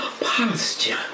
posture